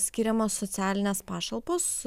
skiriamos socialinės pašalpos